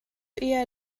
eher